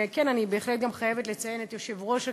וכן, אני בהחלט גם חייבת לציין את יושב-ראש הכנסת,